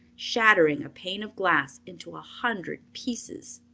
shattering a pane of glass into a hundred pieces.